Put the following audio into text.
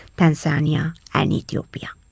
tanzania and ethiopia.